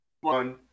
one